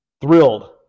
thrilled